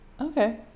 Okay